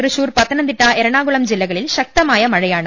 Thrissur Pathanamthitta Ernakulam ജില്ലകളിൽ ശക്തമായ മഴയാണ്